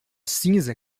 cinza